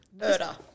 Murder